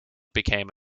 became